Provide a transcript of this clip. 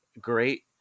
great